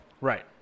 Right